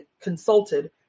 consulted